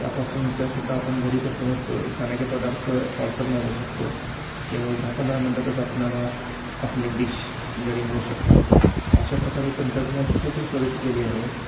त्यापासून त्यासुद्धा आपण घरी बसूनच खाण्याचे पदार्थ पार्सल मागवू शकतो केवळ दहा पंधरा मिनटातच आपणाला आपल्या डिश घरी मिळू शकतात अशा प्रकारे तंत्रज्ञान खूपच प्रगती केली आहे